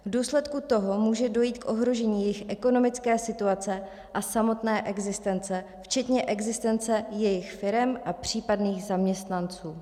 V důsledku toho může dojít k ohrožení jejich ekonomické situace a samotné existence včetně existence jejich firem a případných zaměstnanců.